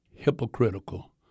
hypocritical